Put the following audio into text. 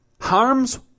harms